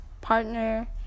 partner